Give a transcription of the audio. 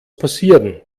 passieren